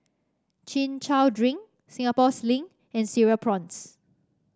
Chin Chow Drink Singapore Sling and Cereal Prawns